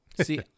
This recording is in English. See